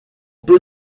peu